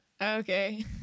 Okay